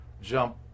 jump